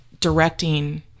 Directing